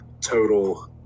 total